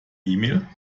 mail